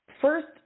First